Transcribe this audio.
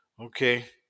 Okay